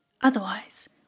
Otherwise